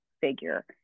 figure